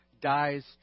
dies